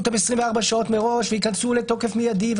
אותם 24 שעות מראש וייכנסו לתוקף מיידי.